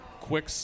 quick